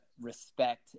respect